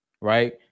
right